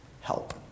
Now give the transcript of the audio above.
help